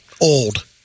old